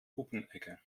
puppenecke